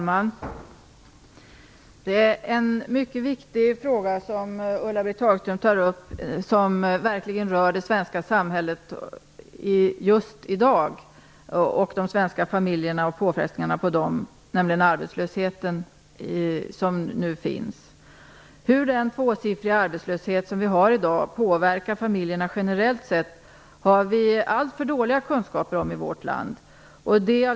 Herr talman! Ulla-Britt Hagström tar upp en mycket viktig fråga. Den rör verkligen det svenska samhället just i dag. Det handlar om vilken påfrestning den nu rådande arbetslösheten är för de svenska familjerna. Hur den tvåsiffriga arbetslöshet som vi har i dag påverkar familjerna generellt har vi alltför dåliga kunskaper om i vårt land.